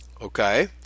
Okay